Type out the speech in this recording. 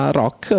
rock